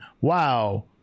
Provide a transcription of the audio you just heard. wow